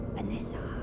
Vanessa